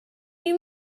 you